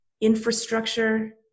infrastructure